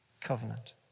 covenant